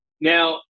Now